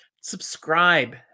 Subscribe